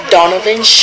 Donovan